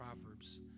Proverbs